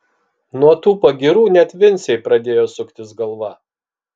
nuo tų pagyrų net vincei pradėjo suktis galva